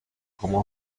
como